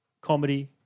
comedy